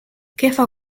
kehva